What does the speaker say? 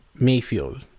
Mayfield